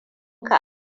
ka